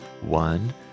One